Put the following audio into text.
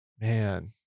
Man